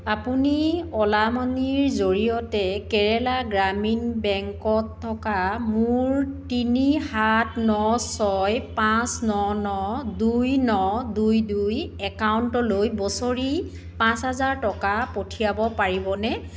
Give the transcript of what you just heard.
আপুনি Ola money জৰিয়তে কেৰেলা গ্ৰামীণ বেংকত থকা মোৰ তিনি সাত ন ছয় পাঁচ ন ন দুই ন দুই দুই একাউণ্টলৈ বছৰি পাঁচ হাজাৰ টকা পঠিয়াব পাৰিবনে